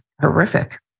horrific